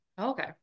Okay